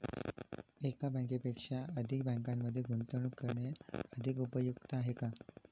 एकापेक्षा अधिक बँकांमध्ये गुंतवणूक करणे अधिक उपयुक्त आहे का?